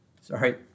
sorry